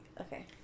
Okay